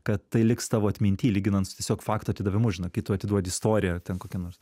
kad tai liks tavo atminty lyginant su tiesiog fakto atidavimu kai tu atiduodi istoriją ten kokią nors